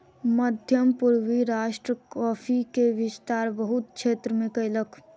मध्य पूर्वी राष्ट्र कॉफ़ी के विस्तार बहुत क्षेत्र में कयलक